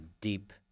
deep